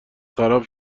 خراب